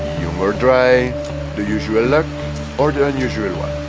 new or dry the usual lock or the unusual one